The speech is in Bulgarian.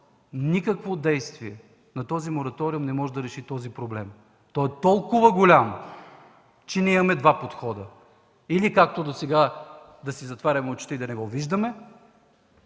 никакво действие на този мораториум не може да реши този проблем. Той е толкова голям, че ние имаме два подхода. Или както досега, да си затваряме очите и да не го виждаме.